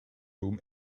room